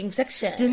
section